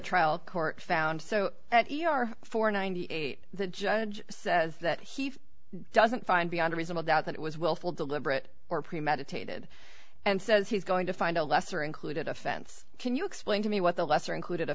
trial court found so far for ninety eight the judge says that he doesn't find beyond reasonable doubt that it was willful deliberate or premeditated and says he's going to find a lesser included offense can you explain to me what the lesser included